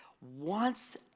wants